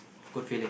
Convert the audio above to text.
good feeling